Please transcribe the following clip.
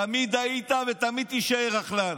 תמיד היית ותמיד תישאר רכלן.